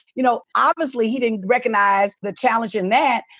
you know, obviously he didn't recognize the challenge in that.